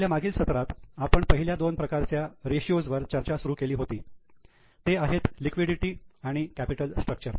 आपल्या मागील सत्रात आपण पहिल्या दोन प्रकारच्या रेशिओ वर चर्चा सुरू केली होती ते आहेत लिक्विडिटी आणि कॅपिटल स्ट्रक्चर